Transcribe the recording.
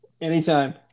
anytime